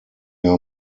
are